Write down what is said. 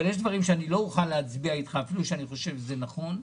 ויש דברים שאני לא אוכל להצביע איתך אפילו שאני חושב שזה נכון,